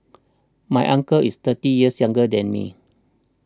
my uncle is thirty years younger than me